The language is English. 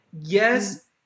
Yes